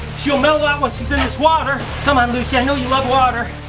she'll mellow out once she's in this water. come on, lucy, i know you love water.